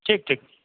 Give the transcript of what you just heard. ठीक ठीक